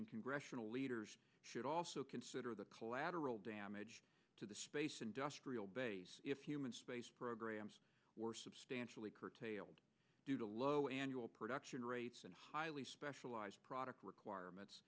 and congressional leaders should also consider the collateral damage to the space industrial base if human space programs were substantially curtailed due to low annual production rates and highly specialized product requirements